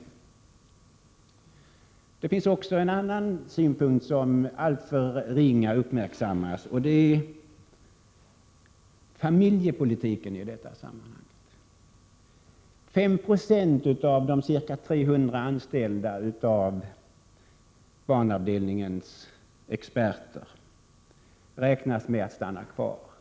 Det finns också en annan synpunkt som alltför litet uppmärksammats i detta sammanhang, och den har att göra med familjepolitik. 5 96 av banavdelningens ca 300 experter räknar med att stanna kvar.